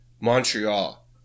Montreal